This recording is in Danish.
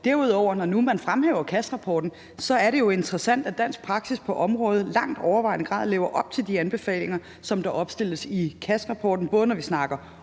Derudover, når nu man fremhæver Cassrapporten, er det jo interessant, at dansk praksis på området i langt overvejende grad lever op til de anbefalinger, som der opstilles i Cassrapporten, både når vi snakker